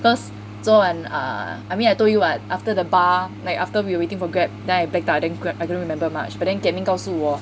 cause 昨晚 ah I mean I told you [what] after the bar like after we were waiting for grab then I blacked out I couldn't remember much but then get ming 告诉我